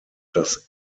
das